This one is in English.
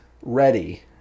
Ready